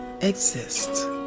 exist